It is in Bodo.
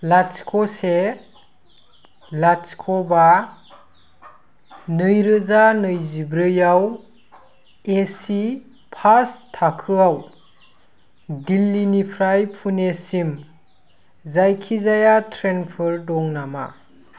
लाथिख' से लाथिख' बा नैरोजा नैजिब्रैयाव एसि फार्स्ट थाखोआव दिल्लीनिफ्राय पुनेसिम जायखिजाया ट्रेनफोर दं नामा